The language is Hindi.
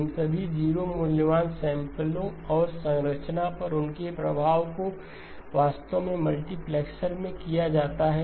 इन सभी 0 मूल्यवान सैंपलो और संरचना पर उनके प्रभाव को वास्तव में मल्टीप्लेक्सर में किया जाता है